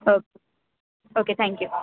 O okay thank you